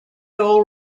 all